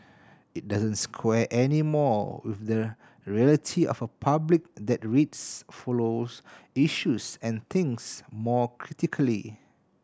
it doesn't square anymore with the reality of a public that reads follows issues and thinks more critically